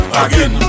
again